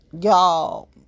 Y'all